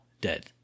dead